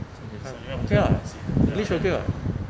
随便 okay [what] english okay [what]